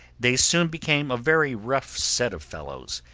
they soon became a very rough set of fellows,